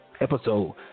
episode